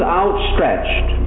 outstretched